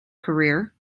career